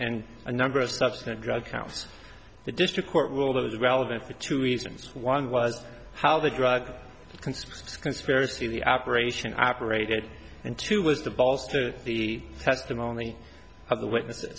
and a number of subsequent drug counts the district court ruled that the relevant for two reasons one was how the drug conspiracy the operation operated and two was the balls to the testimony of the witnesses